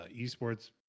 esports